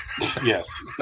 yes